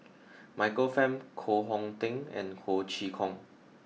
Michael Fam Koh Hong Teng and Ho Chee Kong